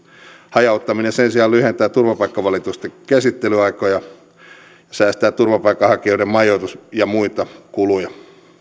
hajauttaminen sen sijaan lyhentää turvapaikkavalitusten käsittelyaikoja ja säästää turvapaikanhakijoiden majoitus ja muita kuluja